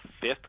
fifth